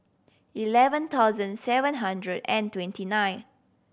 eleven thousand seven hundred and twenty nine